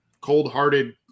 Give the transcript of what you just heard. cold-hearted